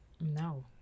No